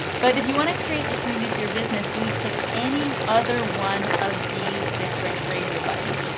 but if you want to create a community for your business, you would click any other one of these different radio buttons.